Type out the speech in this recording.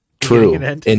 True